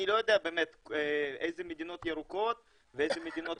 אני לא יודע באמת איזה מדינות ירוקות ואיזה אדומות.